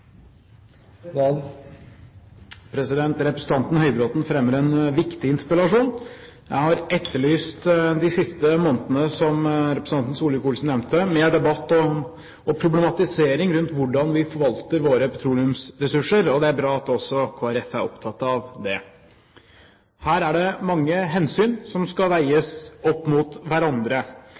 næringsliv. Representanten Høybråten fremmer en viktig interpellasjon. Jeg har etterlyst de siste månedene, som representanten Solvik-Olsen nevnte, mer debatt og problematisering rundt hvordan vi forvalter våre petroleumsressurser, og det er bra at også Kristelig Folkeparti er opptatt av det. Her er det mange hensyn som skal veies opp mot hverandre.